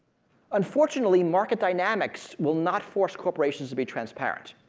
unfortunately, market dynamics will not force corporations to be transparent.